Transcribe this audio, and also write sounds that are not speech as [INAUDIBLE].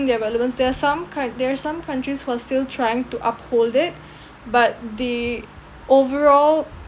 their relevance there are some kind there are some countries who are still trying to uphold it [BREATH] but the overall